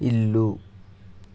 ఇల్లు